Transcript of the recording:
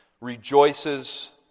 rejoices